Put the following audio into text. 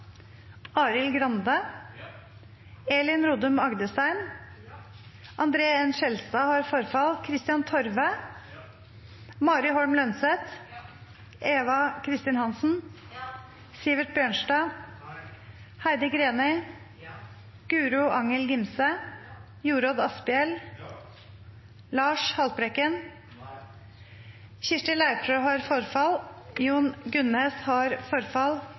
Arild Grande, Elin Rodum Agdestein, Kristian Torve, Mari Holm Lønseth, Eva Kristin Hansen, Guro Angell Gimse, Jorodd Asphjell, Lars Haltbrekken,